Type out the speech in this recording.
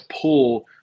pull